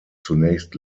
zunächst